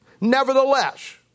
nevertheless